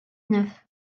neuf